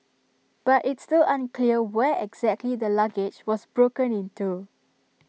but it's still unclear where exactly the luggage was broken into